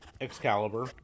Excalibur